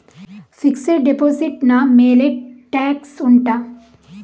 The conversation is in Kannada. ಫಿಕ್ಸೆಡ್ ಡೆಪೋಸಿಟ್ ನ ಮೇಲೆ ಟ್ಯಾಕ್ಸ್ ಉಂಟಾ